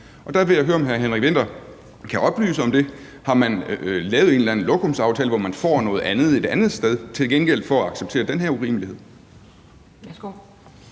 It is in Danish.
og der vil jeg høre, om hr. Henrik Vinther kan oplyse om det. Har man lavet en eller anden lokumsaftale, hvor man til gengæld får noget andet et andet sted for at acceptere den her urimelighed?